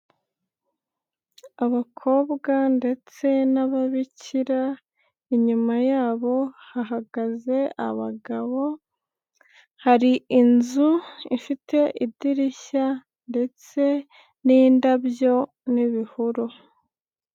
Abakobwa ndetse n'ababikira, inyuma yabo hahagaze abagabo, hari inzu ifite idirishya ndetse n'indabyo n'ibihuru.